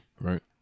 right